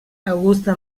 augusta